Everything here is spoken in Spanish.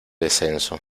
descenso